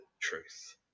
truth